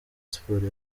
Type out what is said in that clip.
siporo